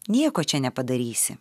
nieko čia nepadarysi